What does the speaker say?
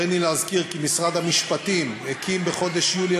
הריני להזכיר כי משרד המשפטים הקים בחודש יולי